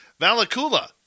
Valakula